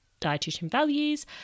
dietitianvalues